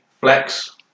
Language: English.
flex